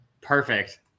Perfect